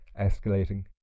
escalating